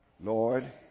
Lord